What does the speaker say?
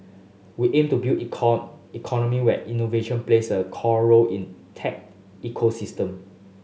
we aim to build economy where innovation plays a core role in tech ecosystem